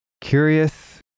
Curious